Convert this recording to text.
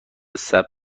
ثبت